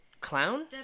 clown